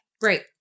Great